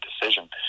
decision